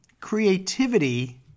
creativity